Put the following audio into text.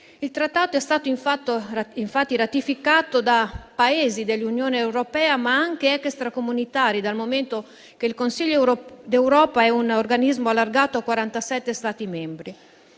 Il Trattato è stato infatti ratificato da Paesi dell'Unione europea, ma anche extracomunitari, dal momento che il Consiglio d'Europa è un organismo allargato a 47 Stati membri.